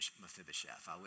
Mephibosheth